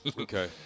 Okay